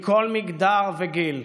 מכל מגדר וגיל.